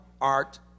art